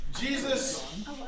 Jesus